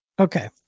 okay